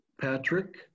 Patrick